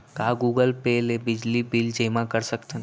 का Google Pay ले बिजली बिल ल जेमा कर सकथन?